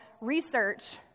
research